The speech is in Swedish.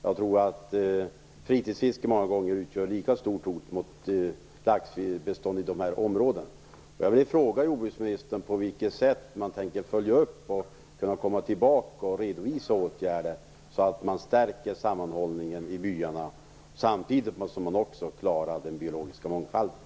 Jag tror att fritidsfisket många gånger utgör ett lika stort hot mot laxbeståndet i de här områdena.